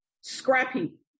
scrappy